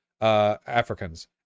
Africans